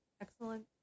excellent